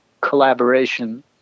collaboration